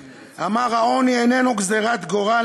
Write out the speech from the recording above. אמר: העוני איננו גזירת גורל,